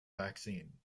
vaccine